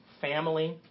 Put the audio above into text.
family